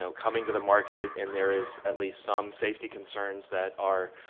so coming to the market and there is at least some safety concerns that are,